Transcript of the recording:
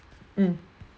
mm